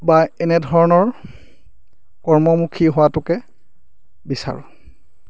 বা এনেধৰণৰ কৰ্মমুখী হোৱাতোকে বিচাৰোঁ